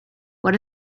what